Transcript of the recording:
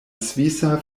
svisa